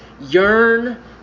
yearn